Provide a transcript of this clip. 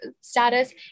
status